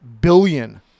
billion